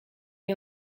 est